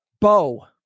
Bo